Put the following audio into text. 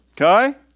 okay